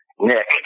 Nick